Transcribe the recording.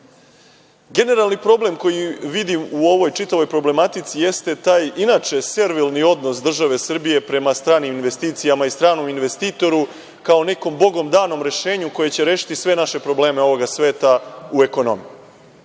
problem koji vidim u ovoj čitavoj problematici jeste taj inače servilni odnos države Srbije prema stranim investicijama i stranom investitoru kao nekom Bogom danom rešenju koje će rešiti sve naše probleme ovoga sveta u ekonomiji. Nikada